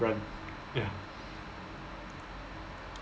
run ya